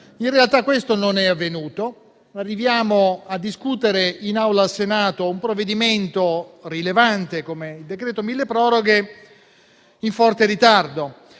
In realtà, questo non è avvenuto e arriviamo a discutere nell'Aula del Senato un provvedimento rilevante come il decreto milleproroghe in forte ritardo